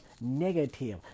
negative